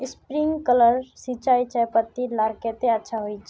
Sprinkler सिंचाई चयपत्ति लार केते अच्छा होचए?